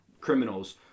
criminals